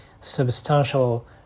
substantial